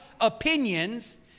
opinions